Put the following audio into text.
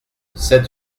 sept